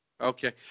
Okay